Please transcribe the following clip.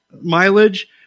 mileage